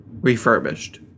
refurbished